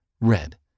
red